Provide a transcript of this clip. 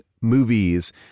movies